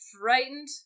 frightened